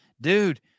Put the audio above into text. dude